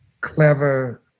clever